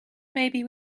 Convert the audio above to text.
maybe